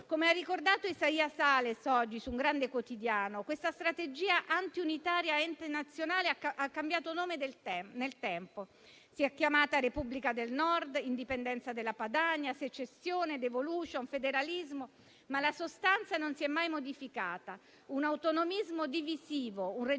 Come ha ricordato Isaia Sales oggi su un grande quotidiano, la strategia anti-unitaria e anti-nazionale ha cambiato nome nel tempo. Si è chiamata Repubblica del nord, indipendenza della Padania, secessione, *devolution*, federalismo, ma la sostanza non si è mai modificata: un autonomismo divisivo, un regionalismo